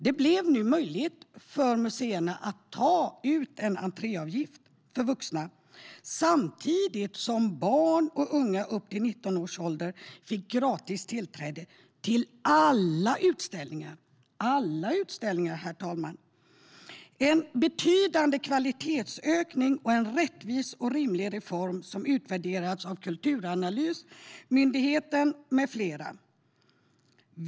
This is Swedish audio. Det blev möjligt för museerna att ta ut en entréavgift för vuxna, samtidigt som barn och unga upp till 19 års ålder fick gratis tillträde till alla utställningar - alla utställningar, herr talman. Det var en betydande kvalitetsökning och en rättvis och rimlig reform som har utvärderats av Myndigheten för kulturanalys med flera.